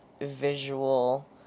visual